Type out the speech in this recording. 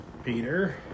Peter